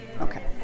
okay